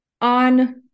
on